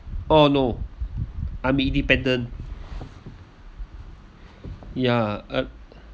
oh no I'm independent ya uh